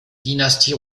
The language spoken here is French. dynasties